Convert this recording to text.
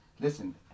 Listen